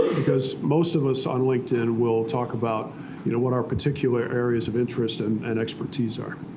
because most of us on linkedin will talk about you know what our particular areas of interest and and expertise are.